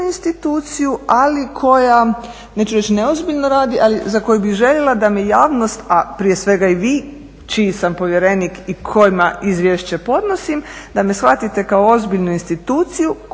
instituciju ali koja, neću reći neozbiljno radi ali za koju bih željela da me javnost a prije svega i vi čiji sam povjerenik i kojima izvješće podnosima da me shvatite kao ozbiljnu instituciju kojoj